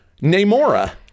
Namora